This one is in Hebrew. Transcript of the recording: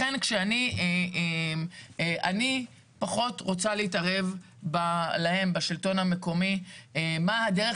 לכן אני פחות רוצה להתערב להם בשלטון המקומי מה הדרך